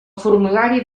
formulari